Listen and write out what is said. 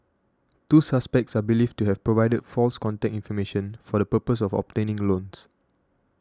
two suspects are believed to have provided false contact information for the purpose of obtaining loans